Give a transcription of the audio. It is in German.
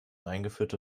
eingeführte